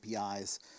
APIs